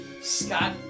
Scott